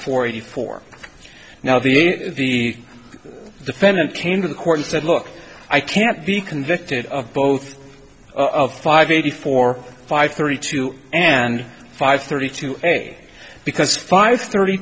forty four now the the defendant came to the court and said look i can't be convicted of both of five eighty four five thirty two and five thirty two a because five thirty